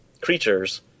creatures